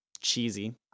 cheesy